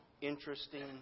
interesting